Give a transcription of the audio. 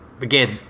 Again